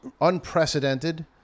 unprecedented